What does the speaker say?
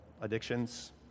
addictions